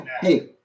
Hey